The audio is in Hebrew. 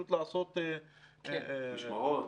משמרות.